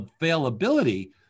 availability